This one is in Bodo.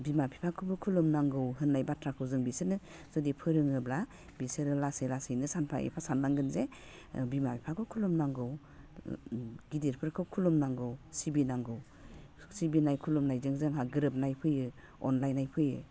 बिमा बिफाखौबो खुलुमनांगौ होननाय बाथ्राखौ जों बिसोरनो जुदि फोरोङोब्ला बिसोरो लासै लासैनो सानफा एफा साननांगोन जे बिमा बिफाखौ खुलुमनांगौ गिदिरफोरखौ खुलुमनांगौ सिबिनांगौ सिबिनाय खुलुमनायजों जोंहा गोरोबनाय फैयो अनलायनायनाय फैयो